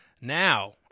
Now